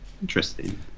Interesting